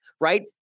right